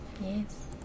yes